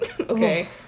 okay